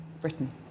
Britain